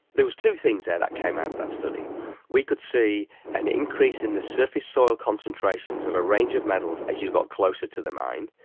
there were two things that came out of that study we could see an increase in the surface soil concentrations of a range of metals as you got closer to the mine,